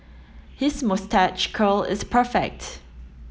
his moustache curl is perfect